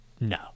No